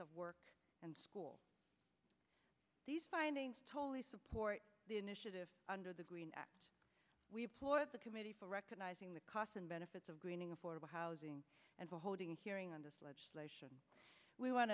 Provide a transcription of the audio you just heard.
of work and school these findings totally support the initiative under the green act we applaud at the committee for recognizing the costs and benefits of greening affordable housing and the holding a hearing on this legislation we want